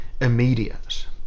immediate